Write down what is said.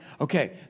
Okay